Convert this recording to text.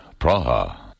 Praha